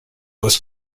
was